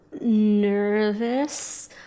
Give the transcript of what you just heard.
nervous